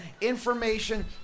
information